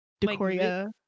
decoria